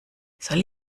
soll